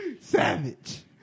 Savage